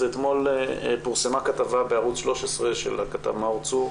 אתמול פורסמה כתבה בערוץ 13 של הכתב מאור צור,